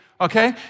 okay